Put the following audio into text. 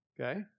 Okay